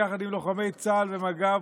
ביחד עם לוחמי צה"ל ומג"ב,